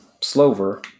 Slover